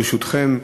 ברשותכם,